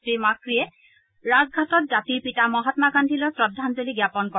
শ্ৰী মাক্ৰিয়ে ৰাজঘাটত জাতিৰ পিতা মহাম্মা গান্ধীলৈ শ্ৰদ্ধাঞ্জলি জ্ঞাপন কৰে